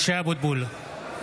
(קורא בשמות חברי הכנסת) משה אבוטבול,